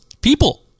people